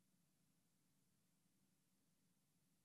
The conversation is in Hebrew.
מוכן --- כל